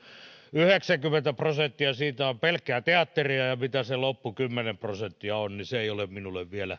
yhdeksänkymmentä prosenttia siitä on pelkkää teatteria ja mitä se loppu kymmenen prosenttia on niin se ei ole minulle vielä